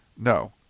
No